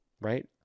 right